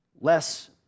less